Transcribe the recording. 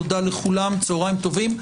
תודה לכולם, צוהריים טובים.